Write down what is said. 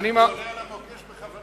עולה על המוקש.